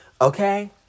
Okay